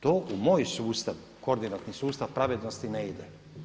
To u moj sustav koordinatni sustav pravednosti ne ide.